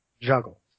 Juggle